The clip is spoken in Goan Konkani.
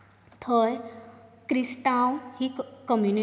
थंय क्रिस्तांव ही कम्युनिटी आसा